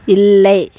இல்லை